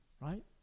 right